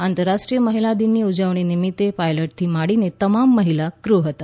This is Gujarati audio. આંતરરાષ્ટ્રીય મહિલા દિનની ઉજવણી નિમિત્તે પાયલટથી માંડીને તમામ મહિલા ફ્ર હતા